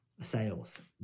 sales